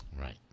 Right